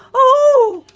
oh!